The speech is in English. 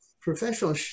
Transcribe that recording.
professional